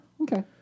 Okay